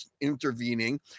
intervening